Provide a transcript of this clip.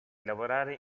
lavorare